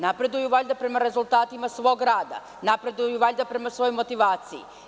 Napreduju valjda prema rezultatima svog rada, napreduju valjda prema svojoj motivaciji.